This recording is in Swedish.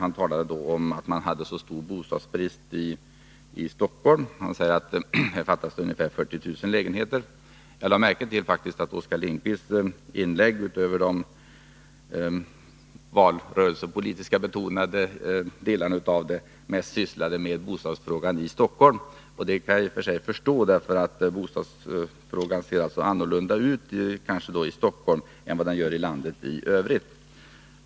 Han talade om att man har så stor bostadsbrist i Stockholm. Han sade att det här fattas ungefär 40 000 lägenheter. Jag lade märke till att Oskar Lindkvist i sitt inlägg — utöver de valrörelsebetonade delarna — mest sysslade med bostadsfrågan i Stockholm. Det kan jag i och för sig förstå, eftersom bostadssituationen ser annorlunda ut i Stockholm än i landet i övrigt.